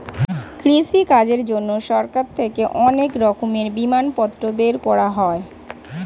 কৃষিকাজের জন্যে সরকার থেকে অনেক রকমের বিমাপত্র বের করা হয়